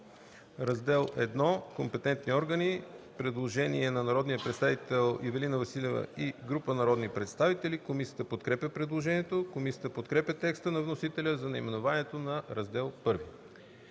„Раздел І – Компетентни органи”. Предложение на народния представител Ивелина Василева и група народни представители. Комисията подкрепя предложението. Комисията подкрепя текста на вносителя за наименованието на Раздел І.